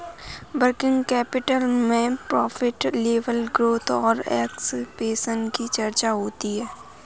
working capital में profit level growth और expansion की चर्चा होती है